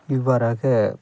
இவ்வாறாக